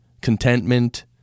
contentment